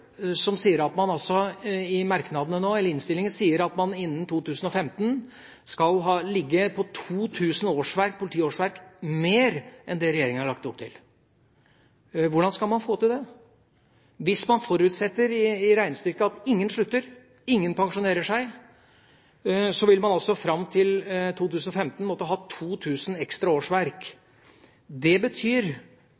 i innstillingen sier at man innen 2015 skal ligge på 2 000 politiårsverk mer enn det regjeringa har lagt opp til: Hvordan skal man få til det? Hvis man i regnestykket forutsetter at ingen slutter, at ingen pensjonerer seg, vil man fram til 2015 måtte ha 2 000 ekstra årsverk.